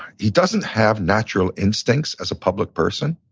he doesn't have natural instincts as a public person.